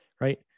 right